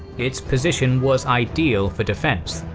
its position was ideal for defence,